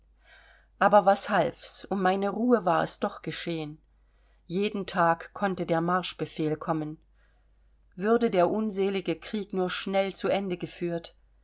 aber was half's um meine ruhe war es doch geschehen jeden tag konnte der marschbefehl kommen würde der unselige krieg nur schnell zu ende geführt